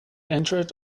entered